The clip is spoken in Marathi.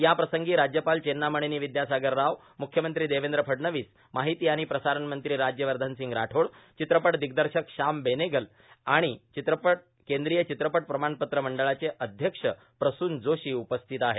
याप्रसंगी राज्यपाल चेन्नामनेनी विद्यासागर राव मुख्यमंत्री देवेंद्र फडणवीस माहिती आणि प्रसारणमंत्री राज्यवर्धनसिंग राठोड चित्रपट दिग्दर्शक शाम बेनेगल आणि चित्रपट केंद्रीय चित्रपट प्रमाणपत्र मंडळाचे अध्यक्ष प्रसून जोशी उपस्थित आहेत